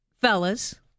fellas